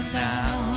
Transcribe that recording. now